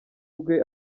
rwe